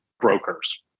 brokers